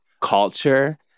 culture